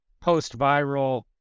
post-viral